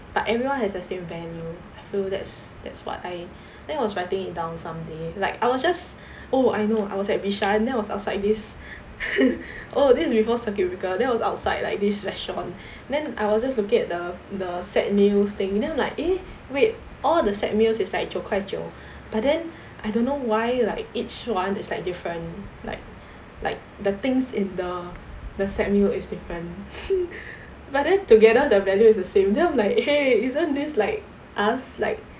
but everyone has the same value I feel that's that's what I then I was writing it down someday like I just oh I know I was at bishan then I was outside this oh this is before circuit breaker then I was outside like this restaurant then I was just looking at the the set meals thing you know then I'm like eh wait all the set meals is like 九块九 but then I don't know why like each one there's like different like like the things in the the set meal is different but then together the value is the same then I'm like !hey! isn't this like us like